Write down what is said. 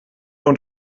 und